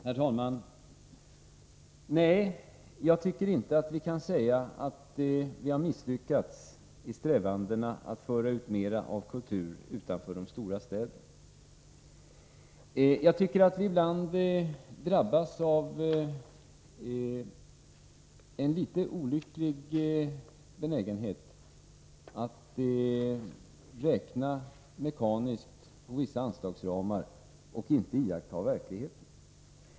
Herr talman! Nej, jag tycker inte att vi kan säga att vi har misslyckats i strävandena att föra ut mer kultur utanför de största städerna. Vi har ibland en litet olycklig benägenhet att räkna mekaniskt på vissa anslagsramar och inte iaktta verkligheten.